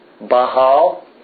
Bahal